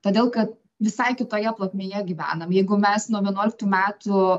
todėl kad visai kitoje plotmėje gyvenam jeigu mes nuo vienuoliktų metų